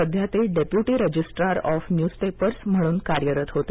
सध्या ते deputy registrar of newspapers म्हणून कार्यरत होते